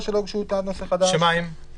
שלא הוגשו לגביהן טענות נושא חדש: האחת,